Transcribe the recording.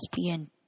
ESPN